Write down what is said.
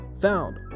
Found